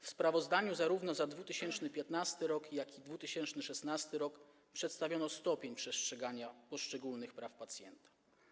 W sprawozdaniu zarówno za 2015 r., jak i 2016 r. przedstawiono stopień przestrzegania poszczególnych praw pacjenta.